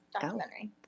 documentary